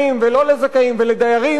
ולדיירים ולא לדיירים.